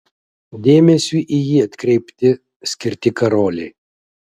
dėmesiui į jį atkreipti skirti karoliai